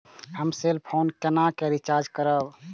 हम cell phone केना recharge करब?